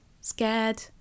scared